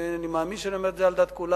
אני מאמין שאני אומר את זה על דעת כולם,